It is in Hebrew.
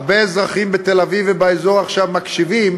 הרבה אזרחים בתל-אביב ובאזור עכשיו מקשיבים,